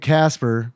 Casper